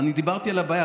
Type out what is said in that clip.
אני דיברתי על הבעיה,